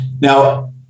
Now